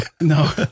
No